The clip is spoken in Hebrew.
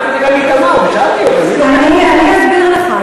אני אסביר לך.